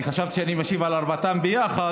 חשבתי שאני משיב על ארבעתן יחד,